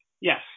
Yes